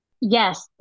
Yes